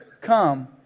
Come